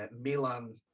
Milan